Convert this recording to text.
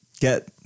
get